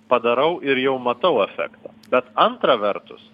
padarau ir jau matau efektą bet antra vertus